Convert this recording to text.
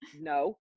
No